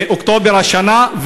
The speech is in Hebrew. באוקטובר השנה?